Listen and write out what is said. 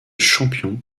champion